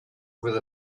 with